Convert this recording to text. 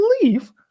believe